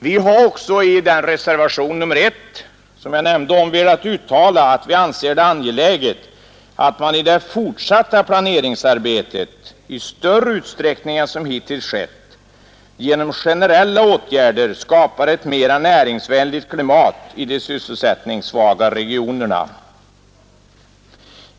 Vi har också i reservationen 1 velat uttala att vi anser det angeläget att man i det fortsatta planeringsarbetet — i större utsträckning än som hittills skett — genom generella åtgärder skapar ett mera näringsvänligt klimat i de sysselsättningssvaga regionerna.